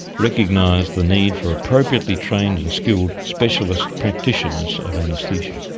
recognised the need for appropriately trained and skilled, specialist practitioners of anaesthesia.